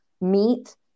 meet